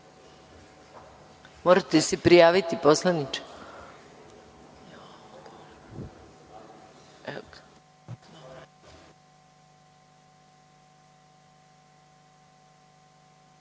Morate se prijaviti poslaniče.